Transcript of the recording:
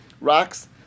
rocks